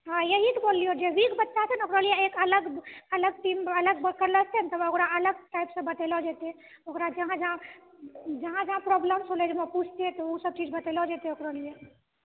हँ यही तऽ बोललियो जे विक बच्चा छै ने ओकरो लिए एक अलग अलग से क्लास देबहो ने तऽ ओकरा अलग टाइप से बतेलहो जेतै ओकरा जहाँ जहाँ प्रॉब्लम छै ओ सब चीज पूछतियै तऽ ओ सब चीज बतेलहो जेतै ओकरो लिए